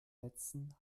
netzen